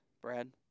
Brad